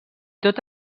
tot